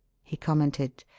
he commented.